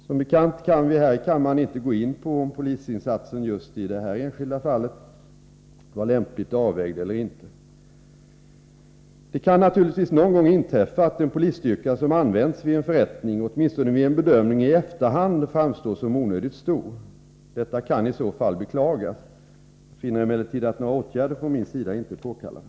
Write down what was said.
Som bekant kan vi här i kammaren inte gå in på om polisinsatsen just i det enskilda fall som avses i frågan var lämpligt avvägd eller inte. Det kan naturligtvis någon gång inträffa att den polisstyrka som använts vid en förrättning, åtminstone vid en bedömning i efterhand, framstår som onödigt stor. Detta kan i så fall beklagas. Jag finner emellertid att några åtgärder från min sida inte är påkallade.